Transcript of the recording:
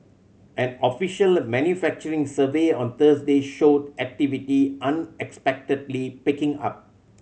an official manufacturing survey on Thursday showed activity unexpectedly picking up